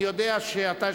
אני יודע שאתה,